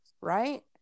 right